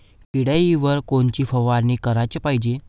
किड्याइवर कोनची फवारनी कराच पायजे?